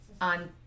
on